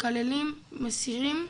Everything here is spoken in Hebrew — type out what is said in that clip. מקללים, מסירים,